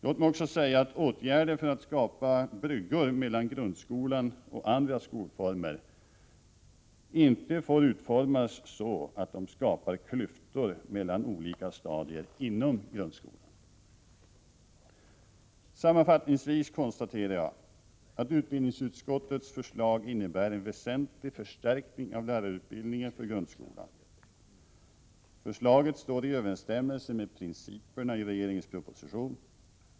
Låt mig också säga att åtgärder för att skapa bryggor mellan grundskolan och andra skolformer inte får utformas så att de skapar klyftor mellan olika stadier inom grundskolan. Sammanfattningsvis konstaterar jag att utbildningsutskottets förslag innebär en väsentlig förstärkning av lärarutbildningen för grundskolan. Förslaget står i överensstämmelse med principerna i regeringens proposition.